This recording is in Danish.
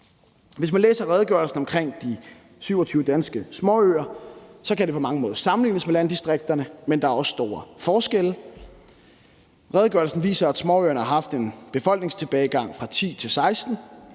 Hvis man læser redegørelsens del om de 27 danske småøer, kan det på mange måder sammenlignes med landdistrikterne, men der er også store forskelle. Redegørelsen viser, at småøerne har haft en befolkningstilbagegang fra 2010 til 2016.